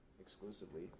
exclusively